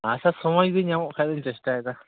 ᱟᱪᱪᱷᱟ ᱥᱚᱢᱚᱭ ᱜᱮ ᱧᱟᱢᱚᱜ ᱠᱷᱟᱱ ᱫᱚᱧ ᱪᱮᱥᱴᱟᱭᱮᱫᱟ